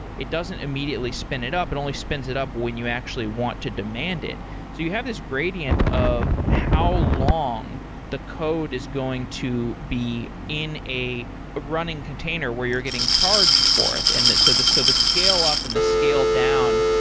it doesn't immediately spin it up. it and only spins it up when you actually want to demand it. so you have this gradient of how long the code is going to be in a running container where you're getting charged for it. and so the so the scale up and the scale down,